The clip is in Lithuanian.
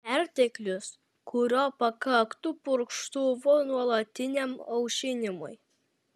perteklius kurio pakaktų purkštuvo nuolatiniam aušinimui